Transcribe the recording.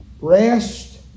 Rest